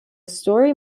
story